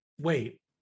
Wait